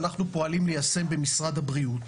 אנחנו פועלים ליישם במשרד הבריאות.